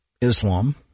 Islam